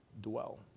dwell